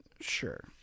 Sure